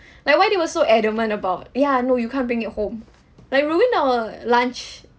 like why they were so adamant about ya no you can't bring it home like ruin our lunch